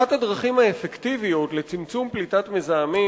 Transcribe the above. אחת הדרכים האפקטיביות לצמצום פליטת מזהמים